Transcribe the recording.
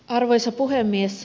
arvoisa puhemies